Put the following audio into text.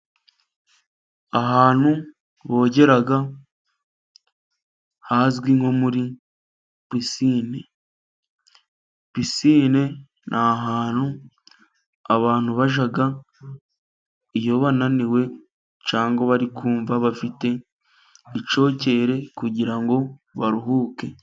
Ahantu bogera hazwi nko muri pisine, pisine ni ahantu abantu bajya iyo bananiwe cyangwa bari kumva bafite icyokere kugira baruhuke.